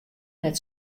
net